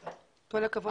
כל הכבוד לך.